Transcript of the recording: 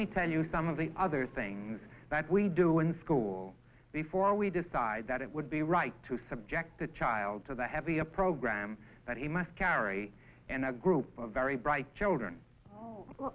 me tell you some of the other things that we do in school before we decide that it would be right to subject the child to the heavy a program that he must carry and a group of very bright children